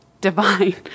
divine